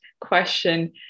question